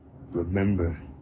Remember